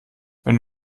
wenn